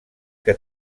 que